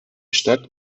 stadt